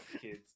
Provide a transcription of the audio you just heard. Kids